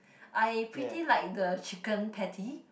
I pretty like the chicken patty